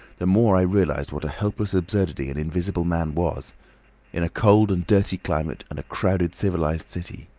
the more i realised what a helpless absurdity an invisible man was in a cold and dirty climate and a crowded civilised city.